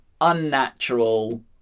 unnatural